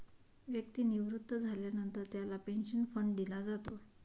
व्यक्ती निवृत्त झाल्यानंतर त्याला पेन्शन फंड दिला जातो